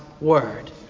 word